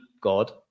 God